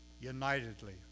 unitedly